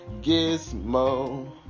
Gizmo